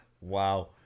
Wow